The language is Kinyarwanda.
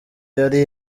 yari